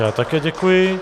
Já také děkuji.